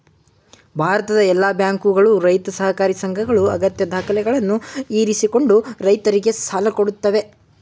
ಭಾರತದ ಎಲ್ಲಾ ಬ್ಯಾಂಕುಗಳು, ರೈತ ಸಹಕಾರಿ ಸಂಘಗಳು ಅಗತ್ಯ ದಾಖಲೆಗಳನ್ನು ಇರಿಸಿಕೊಂಡು ರೈತರಿಗೆ ಸಾಲ ಕೊಡತ್ತವೆ